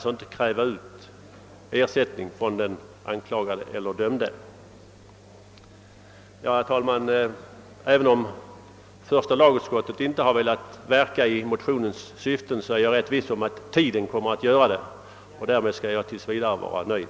Även om första lagutskottet inte har velat verka för motionens syften, är jag viss om att tiden kommer att göra det. Därmed skall jag tills vidare vara nöjd.